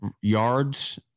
yards